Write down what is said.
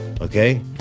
okay